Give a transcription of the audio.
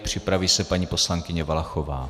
Připraví se paní poslankyně Valachová.